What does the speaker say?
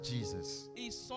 Jesus